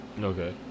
Okay